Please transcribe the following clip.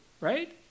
right